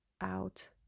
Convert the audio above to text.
out